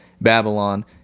babylon